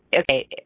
okay